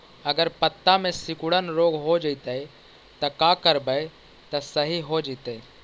अगर पत्ता में सिकुड़न रोग हो जैतै त का करबै त सहि हो जैतै?